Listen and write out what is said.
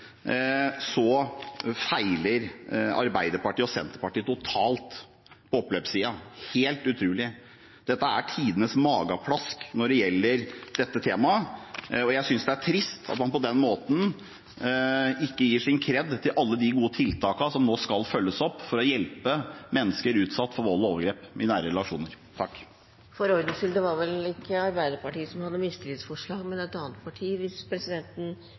så feiler Arbeiderpartiet og Senterpartiet totalt på oppløpssiden. Helt utrolig! Dette er tidenes mageplask når det gjelder dette temaet. Og jeg synes det er trist at man på den måten ikke gir sin «kred» til alle de gode tiltakene som nå skal følges opp, for å hjelpe mennesker utsatt for vold og overgrep i nære relasjoner. For ordens skyld: Det var vel ikke Arbeiderpartiet som hadde mistillitsforslag, men et annet parti, hvis presidenten